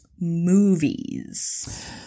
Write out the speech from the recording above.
movies